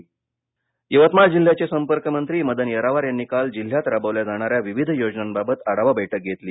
यवतमाळ यवतमाळ जिल्ह्याचे संपर्कमंत्री मदन येरावार यांनी काल जिल्ह्यात राबवल्या जाणाऱ्या विविध योजनांबाबत आढावा बैठक घेतली